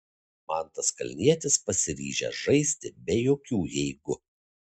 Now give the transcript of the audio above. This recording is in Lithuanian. mantas kalnietis pasiryžęs žaisti be jokių jeigu